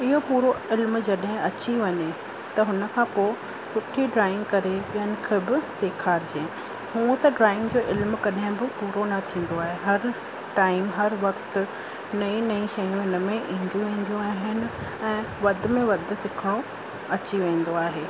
इहो पूरो इल्मु जॾहिं अची वञे त हुन खां पोइ सुठी ड्रॉइंग करे ॿियनि खे बि सेखारिजे हूअं त ड्रॉइंग जो इल्मु कॾहिं बि पूरो न थींदो आहे हर टाइम हर वक़्ति नई नई शयूं हिन में ईंदियूं वेंदियूं आहिनि ऐं वधि में वधि सिखण अची वेंदो आहे